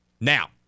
now